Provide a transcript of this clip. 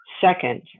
second